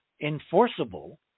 enforceable